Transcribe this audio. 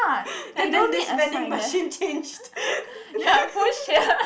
and then this vending machine changed